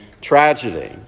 tragedy